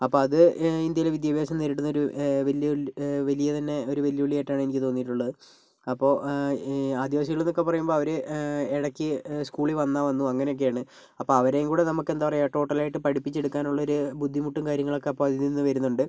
അപ്പം അത് ഇന്ത്യയിൽ വിദ്യാഭ്യാസം നേരിടുന്നൊരു വെല്ലുവിളി വലിയ തന്നെ ഒരു വെല്ലുവിളിയായിട്ടാണ് എനിക്ക് തോന്നിയിട്ടുള്ളത് അപ്പോൾ ഈ ആദിവാസികളെന്നൊക്കെ പറയുമ്പോൾ അവർ ഇടക്ക് സ്കൂളിൽ വന്നാൽ വന്നു അങ്ങനെയൊക്കെയാണ് അപ്പം അവരെയും കൂടി നമുക്ക് എന്താ പറയുക ടോട്ടലായിട്ട് പഠിപ്പിച്ചെടുക്കാനുള്ള ഒരു ബുദ്ധിമുട്ടും കാര്യങ്ങളൊക്കെ അപ്പം അതിൽ നിന്ന് വരുന്നുണ്ട്